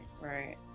right